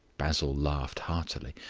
basil laughed heartily.